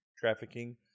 trafficking